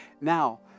Now